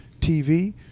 TV